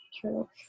true